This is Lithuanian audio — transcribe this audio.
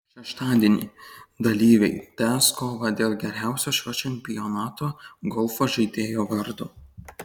šeštadienį dalyviai tęs kovą dėl geriausio šio čempionato golfo žaidėjo vardo